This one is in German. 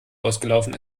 ausgelaufen